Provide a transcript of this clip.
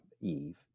Eve